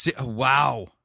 Wow